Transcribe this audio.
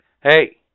Hey